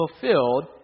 fulfilled